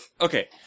Okay